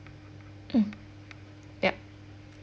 mm yup